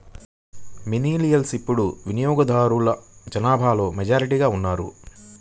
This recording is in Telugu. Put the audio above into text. మిలీనియల్స్ ఇప్పుడు వినియోగదారుల జనాభాలో మెజారిటీగా ఉన్నారు